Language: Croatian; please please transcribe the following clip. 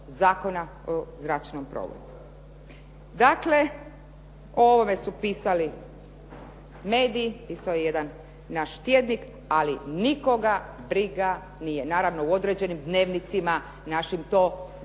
Zakona o zračnom prometu. Dakle, o ovome su pisali mediji, pisao je jedan naš tjednik ali nikoga briga nije. Naravno, u određenim dnevnicima našim o tome